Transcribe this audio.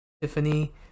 Tiffany